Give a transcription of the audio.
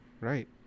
right